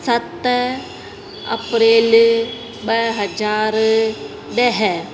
सत अप्रेल ॿ हज़ार ॾह